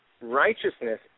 righteousness